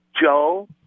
Joe